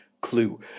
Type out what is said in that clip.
Clue